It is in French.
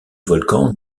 volcan